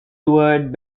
toward